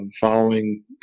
following